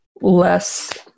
less